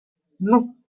non